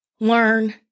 learn